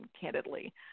candidly